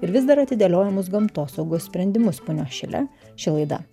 ir vis dar atidėliojamus gamtosaugos sprendimus punios šile ši laida